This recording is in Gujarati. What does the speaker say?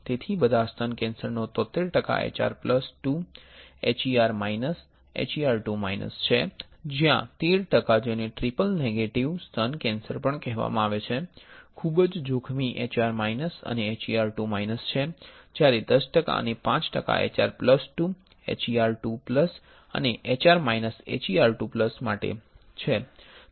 તેથી બધા સ્તન કેન્સરનો 73 ટકા HR plus 2 HER minus HER2 minus છે જ્યાં 13 ટકા જેને ટ્રિપલ નેગેટિવ સ્તન કેન્સર પણ કહેવામાં આવે છે ખૂબ જ જોખમી HR માઈનસ અને HER2 માઈનસ છે જ્યારે 10 ટકા અને 5 ટકા HR પ્લસ 2 HER2 પ્લસ અને HR માઇનસ HER2 પ્લસ માટે છે